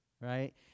right